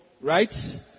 right